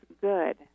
good